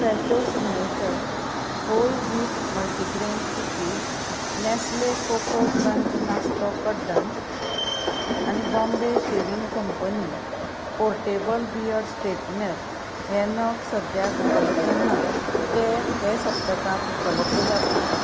फ्रॅशो signature whole wheat multigrain cookies Nestle cocoa crunch नास्तो कड्डण आनी Bombay shaving company portable beard straightener हे नग सद्याक उपलब्द नात ते हे सप्तकांत उपलब्द जातले